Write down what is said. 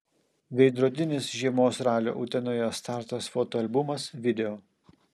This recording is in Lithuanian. veidrodinis žiemos ralio utenoje startas fotoalbumas video